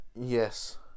yes